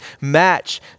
match